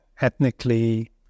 ethnically